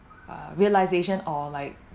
uh realisation or like